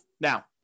Now